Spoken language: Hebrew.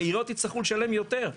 העיריות יצטרכו לשלם יותר.